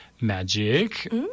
magic